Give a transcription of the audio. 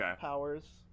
powers